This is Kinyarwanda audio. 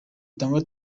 cyangwa